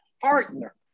partner